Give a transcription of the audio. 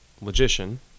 logician